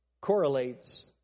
correlates